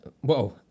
Whoa